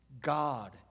God